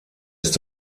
ist